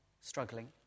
struggling